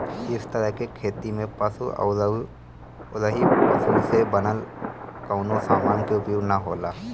इ तरह के खेती में पशु अउरी पशु से बनल कवनो समान के उपयोग ना होला